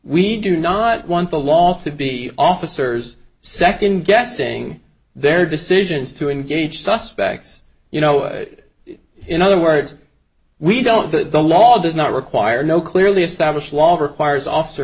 we do not want the law to be officers second guessing their decisions to engage suspects you know in other words we don't that the law does not require no clearly established law requires officer